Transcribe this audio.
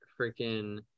freaking